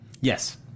yes